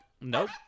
Nope